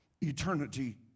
eternity